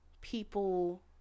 people